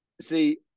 See